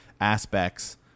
aspects